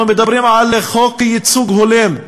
אנחנו מדברים על חוק ייצוג הולם,